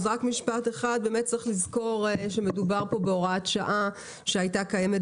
צריך לזכור שמדובר בהוראת שעה שהייתה קיימת